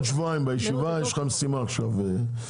יש לך משימה לעוד שבועיים,